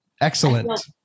excellent